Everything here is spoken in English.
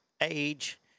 age